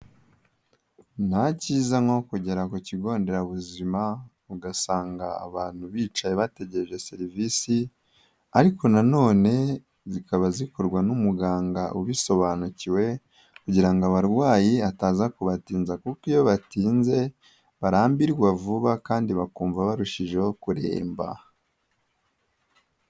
Nta cyiza nko kugera ku kigo nderabuzima, ugasanga abantu bicaye bategereje serivisi, ariko nanone zikaba zikorwa n'umuganga ubisobanukiwe, kugira ngo abarwayi ataza kubatinza, kuko iyo batinze barambirwa vuba, kandi bakumva barushijeho kuremba.